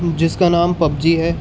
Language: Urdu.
جس کا نام پب جی ہے